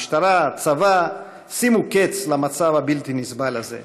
המשטרה והצבא: שימו קץ למצב הבלתי-נסבל הזה.